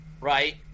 right